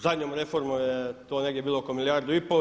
Zadnjom reformom je to negdje bilo oko milijardu i pol.